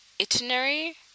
itinerary